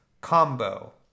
combo